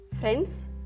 Friends